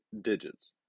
digits